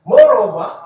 Moreover